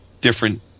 different